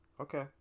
Okay